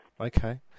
Okay